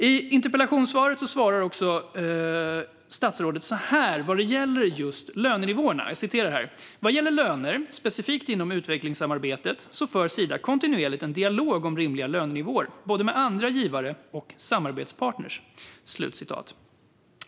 I interpellationssvaret säger också statsrådet så här när det gäller just lönenivåerna: "Vad gäller löner specifikt inom utvecklingssamarbetet för Sida kontinuerligt en dialog om rimliga lönenivåer både med andra givare och samarbetspartner."